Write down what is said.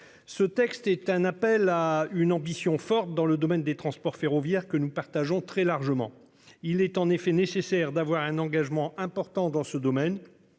Ce texte est un appel à une ambition forte dans le domaine des transports ferroviaires que nous partageons très largement il est en effet nécessaire d'avoir un engagement important dans ce domaine,